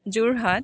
Jorhat